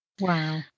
Wow